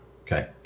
Okay